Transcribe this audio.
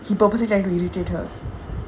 he pursposely try to irritate her